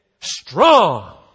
strong